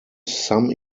some